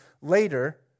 later